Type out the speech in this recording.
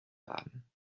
werden